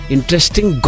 Interesting